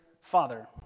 Father